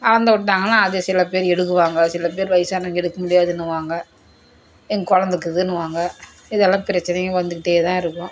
அளந்து விட்டாங்கன்னா அது சில பேர் எடுக்குவாங்க சில பேர் வயதானவிங்க எடுக்க முடியாதுனுவாங்க எனக்கு கொழந்த இருக்குதுனுவாங்க இது எல்லா பிரச்சினையும் வந்துக்கிட்டே தான் இருக்கும்